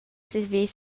saver